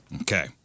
Okay